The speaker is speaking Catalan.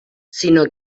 sinó